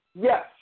Yes